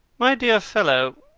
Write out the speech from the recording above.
my dear fellow,